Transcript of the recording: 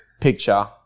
picture